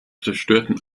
zerstörten